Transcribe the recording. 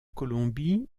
colombie